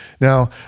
Now